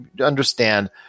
understand